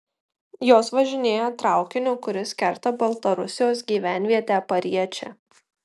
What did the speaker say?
jos važinėja traukiniu kuris kerta baltarusijos gyvenvietę pariečę